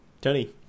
Tony